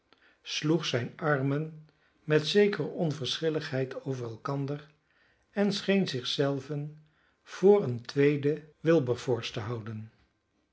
sloeg zijne armen met zekere onverschilligheid over elkander en scheen zichzelven voor een tweeden wilberforce te houden